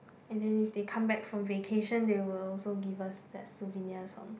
and then if they come back from vacation they will also give us like souvenirs from